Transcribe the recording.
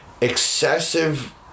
excessive